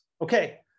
Okay